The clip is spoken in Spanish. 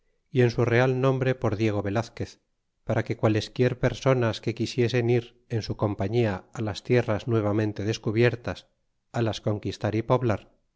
y en su real nombre por diego velazquez para que qualesquier personas que quisiesen ir en su compañía las tierras nuevamente descubiertas las conquistar y poblar